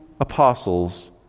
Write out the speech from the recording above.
apostles